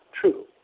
true